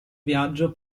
viaggio